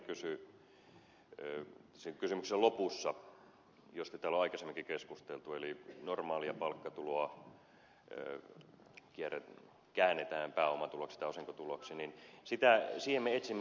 arhinmäki kysyi sen kysymyksen lopussa josta täällä on aikaisemminkin keskusteltu eli normaalia palkkatuloa käännetään pääomatuloksi tai osinkotuloksi siihen me etsimme koko ajan ratkaisua